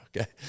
Okay